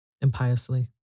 impiously